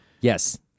Yes